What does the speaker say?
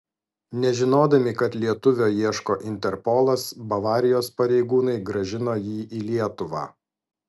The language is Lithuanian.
nežinodami kad lietuvio ieško interpolas bavarijos pareigūnai grąžino jį į lietuvą